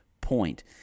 point